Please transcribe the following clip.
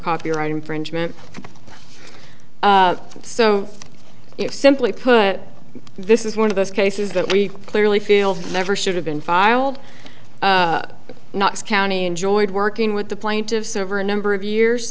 copyright infringement so it's simply put this is one of those cases that we clearly feel never should have been filed knox county enjoyed working with the plaintiffs over a number of years